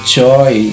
joy